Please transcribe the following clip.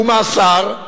ומאסר,